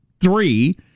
three